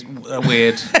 weird